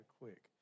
quick